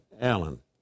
Alan